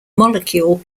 molecule